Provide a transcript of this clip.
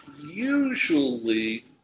usually